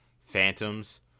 phantoms